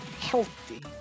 healthy